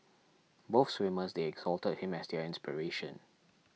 both swimmers they exalted him as their inspiration